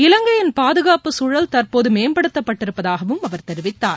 இலங்கையின் பாதுகாப்பு சூழல் தற்போது மேம்படுத்தப் பட்டிருப்பதாகவும் அவர் தெரிவித்தார்